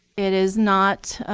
it is not